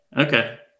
Okay